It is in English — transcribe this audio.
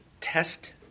test